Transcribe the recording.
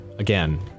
Again